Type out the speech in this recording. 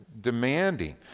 demanding